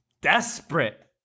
desperate